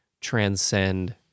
transcend